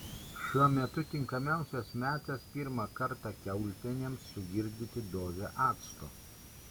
šiuo metu tinkamiausias metas pirmą kartą kiaulpienėms sugirdyti dozę acto